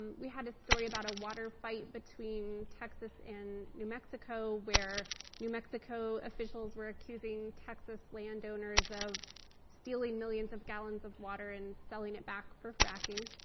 um we had a story about a water fight between texas and new mexico, where new mexico officials were accusing texas landowners of stealing millions of gallons of water and selling it back for fracking.